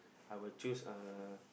I will choose uh